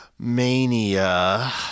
Mania